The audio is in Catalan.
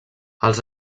els